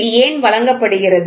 இது ஏன் வழங்கப்படுகிறது